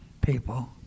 people